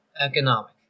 Economic